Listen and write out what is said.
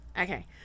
okay